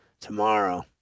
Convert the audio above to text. tomorrow